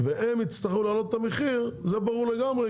והם יצטרכו להעלות את המחיר וזה ברור לגמרי,